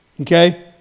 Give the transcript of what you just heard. okay